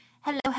Hello